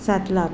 सात लाख